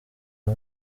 uwo